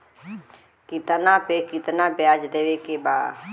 कितना पे कितना व्याज देवे के बा?